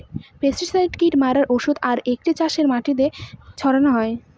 pesticide কীট মারার ঔষধ আর এটিকে চাষের মাটিতে ছড়ানো হয়